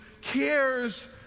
cares